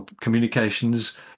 communications